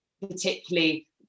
particularly